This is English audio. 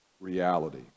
reality